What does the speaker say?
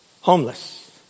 Homeless